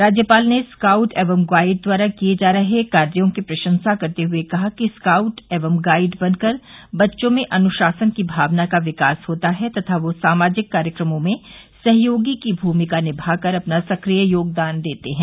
राज्यपाल ने स्काउट एवं गाइड द्वारा किये जा रहे कार्यो की प्रशंसा करते हुए कहा कि स्काउट एवं गाइड बनकर बच्चों में अनुशासन की भावना का विकास होता है तथा वे सामाजिक कार्यक्रमों में सहयोगी को भूमिका निभाकर अपना सक्रिय योगदान देते हैं